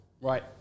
Right